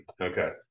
Okay